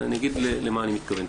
אני אגיד למה אני מתכוון.